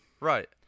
Right